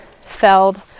felled